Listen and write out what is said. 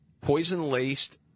poison-laced